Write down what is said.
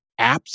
apps